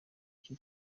icyo